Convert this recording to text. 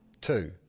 Two